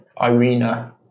Irina